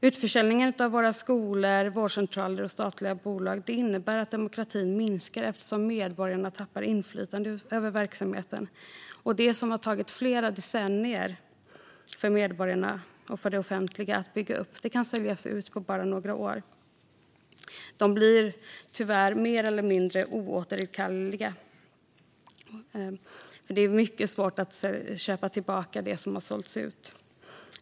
Utförsäljningen av våra skolor, vårdcentraler och statliga bolag innebär att demokratin minskar eftersom medborgarna tappar inflytande över verksamheten. Det som har tagit flera decennier för medborgarna och för det offentliga att bygga upp kan säljas ut på bara några år. Utförsäljningarna blir tyvärr mer eller mindre oåterkalleliga. Det är mycket svårt att köpa tillbaka det som har sålts ut.